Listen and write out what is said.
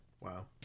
Wow